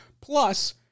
Plus